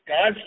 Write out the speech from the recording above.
God